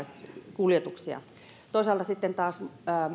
kuljetuksia toisaalta sitten taas